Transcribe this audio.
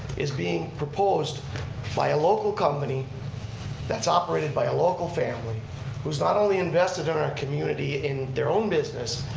is being proposed by a local company that's operated by a local family who's not only invested in our community in their own business,